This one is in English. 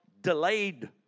delayed